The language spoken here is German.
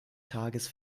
tages